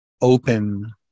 open